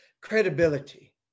credibility